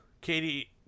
Katie